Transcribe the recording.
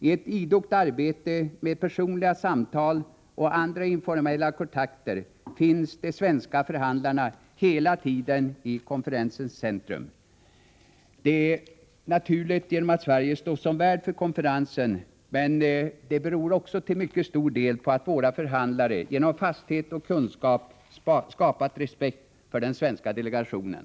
I ett idogt arbete med personliga samtal och andra informella kontakter finns de svenska förhandlarna hela tiden i konferensens centrum. Det är naturligt, genom att Sverige står som värd för konferensen, men det beror också till mycket stor del på att våra förhandlare genom fasthet och kunskap har skapat respekt för den svenska delegationen.